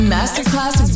Masterclass